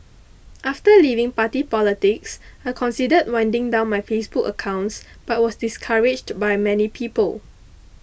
after leaving party politics I considered winding down my Facebook accounts but was discouraged by many people